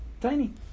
tiny